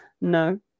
no